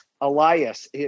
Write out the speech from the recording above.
Elias